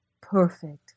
perfect